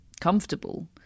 comfortable